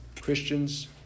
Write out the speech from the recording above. Christians